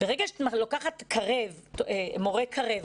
ברגע שאת לוקחת מורי קרב,